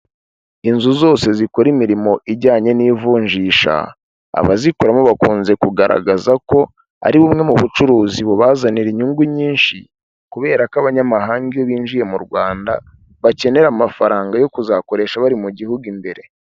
Inzu zose zikora imirimo ijyanye n'ivunjisha, abazikoramo bakunze kugaragaza ko ari bumwe mu bucuruzi bubazanira inyungu nyinshi kubera ko abanyamahanga iyo binjiye mu Rwanda bakenera amafaranga yo kuzakoresha bari mu gihugu imbere.